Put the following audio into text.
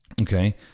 okay